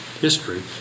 history